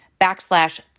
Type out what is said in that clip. backslash